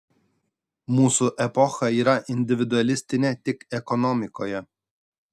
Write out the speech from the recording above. mūsų epocha yra individualistinė tik ekonomikoje